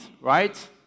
right